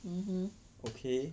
okay